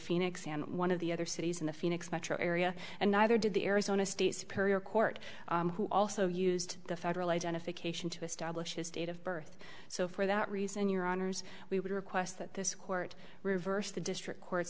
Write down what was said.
phoenix and one of the other cities in the phoenix metro area and neither did the arizona state superior court who also used the federal identification to establish his date of birth so for that reason your honors we would request that this court reversed the district court's